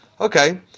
Okay